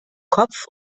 kopf